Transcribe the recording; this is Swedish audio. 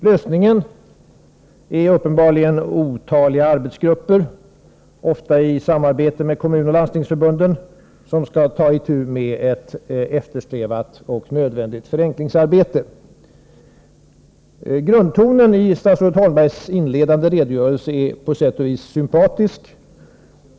Lösningen är uppenbarligen otaliga arbetsgrupper, ofta i samarbete med Kommunförbundet och Landstingsförbundet, som skall ta itu med ett eftersträvat och nödvändigt förenklingsarbete. Grundtonen i statsrådet Holmbergs inledande redogörelse är på sätt och vis sympatisk.